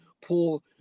Paul